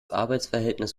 arbeitsverhältnis